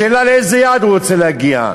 השאלה לאיזה יעד הוא רוצה להגיע,